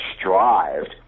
strived